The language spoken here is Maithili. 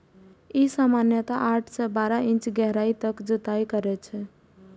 ई सामान्यतः आठ सं बारह इंच गहराइ तक जुताइ करै छै